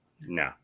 No